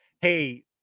hey